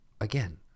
again